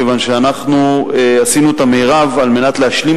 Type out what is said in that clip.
מכיוון שעשינו את המרב על מנת להשלים